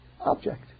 object